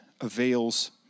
avails